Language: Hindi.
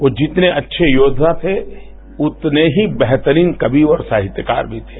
वो जितने अच्छे योद्वा थे उतने ही बेहतरीन कवि और साहित्यकार भी थे